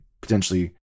potentially